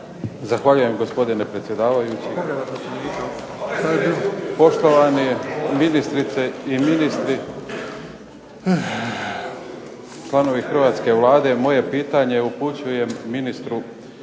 Zahvaljujem gospodine predsjedavajući. Poštovane ministrice i ministri, članovi hrvatske Vlade, moje pitanje upućujem ministru obitelji,